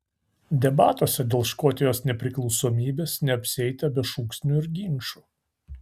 debatuose dėl škotijos nepriklausomybės neapsieita be šūksnių ir ginčų